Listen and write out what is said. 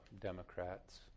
Democrats